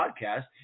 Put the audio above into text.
Podcast